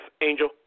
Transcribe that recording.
Angel